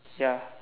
ya